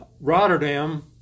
Rotterdam